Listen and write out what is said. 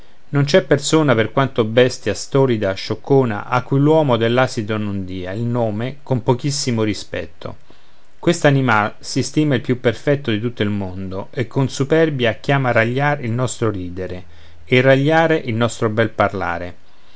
non c'è persona per quanto bestia stolida scioccona a cui l'uomo dell'asino non dia il nome con pochissimo rispetto quest'animal si stima il più perfetto di tutto il mondo e con superbia chiama ragliar il nostro ridere e ragliare il nostro bel parlare